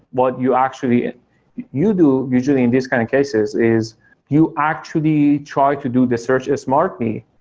what you actually you do usually in these kind of cases is you actually try to do the search as mark me,